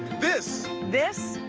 this. this.